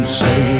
say